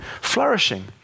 flourishing